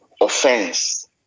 offense